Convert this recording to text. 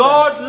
God